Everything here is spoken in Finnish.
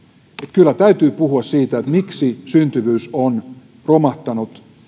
kyllä täytyy puhua siitä miksi syntyvyys on romahtanut